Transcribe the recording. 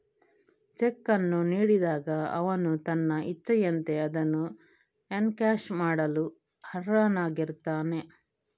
check ಅನ್ನು ನೀಡಿದಾಗ ಅವನು ತನ್ನ ಇಚ್ಛೆಯಂತೆ ಅದನ್ನು ಎನ್ಕ್ಯಾಶ್ ಮಾಡಲು ಅರ್ಹನಾಗಿರುತ್ತಾನೆ